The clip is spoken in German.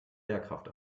lehrkraft